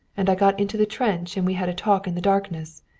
and i got into the trench and we had a talk in the darkness.